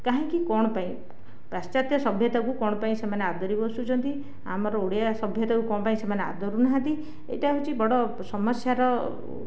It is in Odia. କାହିଁକି କ'ଣ ପାଇଁ ପାଶ୍ଚାତ୍ୟ ସଭ୍ୟତାକୁ କ'ଣ ପାଇଁ ସେମାନେ ଆଦରି ବସୁଛନ୍ତି ଆମର ଓଡ଼ିଆ ସଭ୍ୟତାକୁ କ'ଣ ପାଇଁ ସେମାନେ ଆଦରୁ ନାହାନ୍ତି ଏଇଟା ହେଉଛି ବଡ଼ ସମସ୍ୟାର